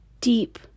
deep